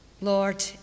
Lord